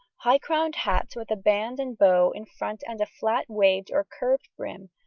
high-crowned hats with a band and bow in front and a flat, waved, or curved brim,